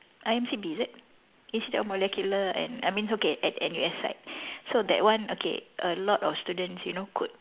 I_M_C_B is it institute of molecular and I mean okay at N_U_S side so that one okay a lot of students you know could